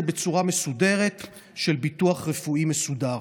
בצורה מסודרת של ביטוח רפואי מסודר.